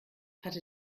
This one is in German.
hatte